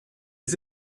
les